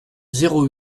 zéro